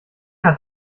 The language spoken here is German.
hat